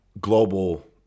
global